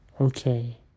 okay